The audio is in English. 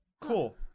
cool